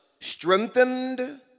strengthened